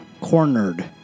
Cornered